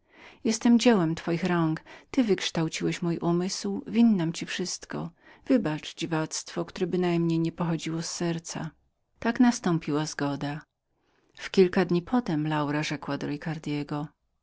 jestem dziełem twoich rąk ty wykształciłeś mój umysł winnam ci wszystko wybacz dziwactwu które bynajmniej nie pochodziło z serca tak nastąpiła zgoda w kilka dni potem laura rzekła do